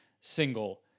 single